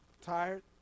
Tired